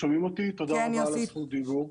תודה רבה על זכות הדיבור,